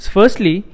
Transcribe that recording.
Firstly